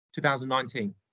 2019